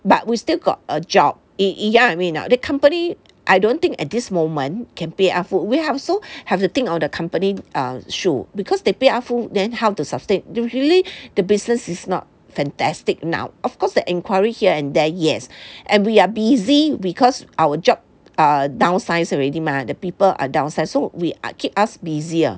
but we still got a job you you get what I mean or not the company I don't think at this moment can pay us full we also we have to think of the company err issue because they pay us full then how to sustain usually the business is not fantastic now of course the enquiry here and there yes and we are busy because our job err downsize already mah the people are downsized so we keep us busy ah